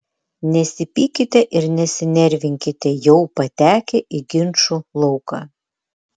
nesipykite ir nesinervinkite jau patekę į ginčų lauką